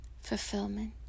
fulfillment